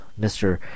mr